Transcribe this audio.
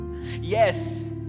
Yes